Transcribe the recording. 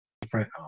different